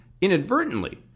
inadvertently